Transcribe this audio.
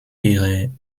ihre